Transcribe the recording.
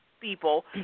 people